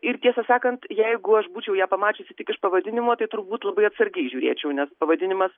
ir tiesą sakant jeigu aš būčiau ją pamačiusi tik iš pavadinimo tai turbūt labai atsargiai žiūrėčiau nes pavadinimas